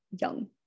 young